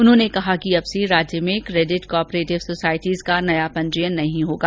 उन्होंने कहा कि अब से राज्य में केडिट को ऑपरेटिव सोसायटियों का नया पंजीयन नहीं होगा